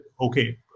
okay